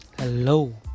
Hello